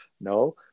no